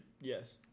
Yes